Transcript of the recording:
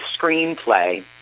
screenplay